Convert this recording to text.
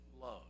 love